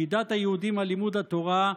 שקידת היהודים על לימוד התורה,